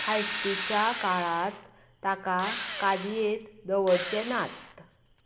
खायस्तिच्या काळांत ताका कादयेंत दवरचे नात